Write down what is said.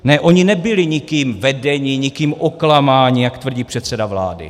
Ne, oni nebyli nikým vedeni, nikým oklamáni, jak tvrdí předseda vlády.